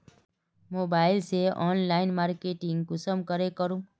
Mobile से online marketing कुंसम के करूम?